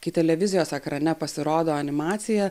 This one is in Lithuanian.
kai televizijos ekrane pasirodo animacija